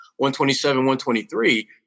127-123